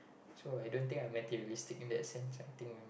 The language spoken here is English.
so I don't think I'm materialistic in that sense I think I'm